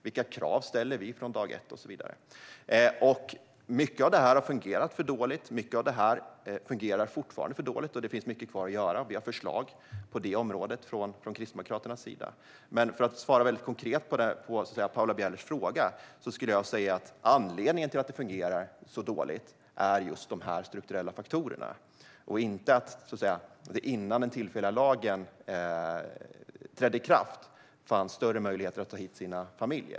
Vilka krav ställer vi från dag ett? Mycket av detta har fungerat för dåligt, och mycket av det fungerar fortfarande för dåligt. Det finns mycket kvar att göra. Vi kristdemokrater har förslag på det området. För att svara väldigt konkret på Paula Bielers fråga skulle jag säga att anledningen till att det fungerar så dåligt är just dessa strukturella faktorer och inte att det innan den tillfälliga lagen trädde i kraft fanns större möjligheter att ta hit sin familj.